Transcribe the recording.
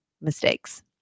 mistakes